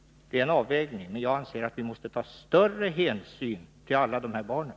Det är en avvägning, men jag anser att vi måste ta större hänsyn till alla dessa barn.